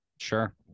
Sure